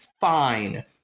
fine